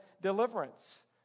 deliverance